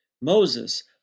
Moses